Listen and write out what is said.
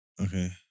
Okay